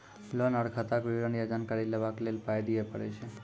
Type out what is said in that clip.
Loan आर खाताक विवरण या जानकारी लेबाक लेल पाय दिये पड़ै छै?